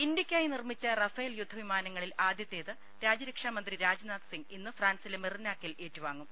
ഇന്ത്യക്കായി നിർമിച്ച റഫേൽ യുദ്ധ വിമാനങ്ങളിൽ ആദ്യ ത്തേത് രാജ്യരക്ഷാ മന്ത്രി രാജ്നാഥ്സിങ് ഇന്ന് ഫ്രാൻസിലെ മെറിനാക്കിൽ ഏറ്റുവാങ്ങും